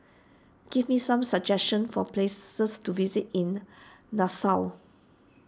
give me some suggestions for places to visit in Nassau